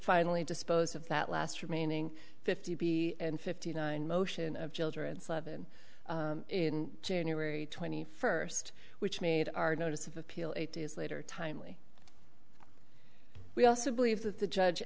finally disposed of that last remaining fifty and fifty nine motion of children seven in january twenty first which made our notice of appeal it is later timely we also believe that the judge